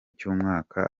cy’umwaka